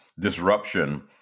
disruption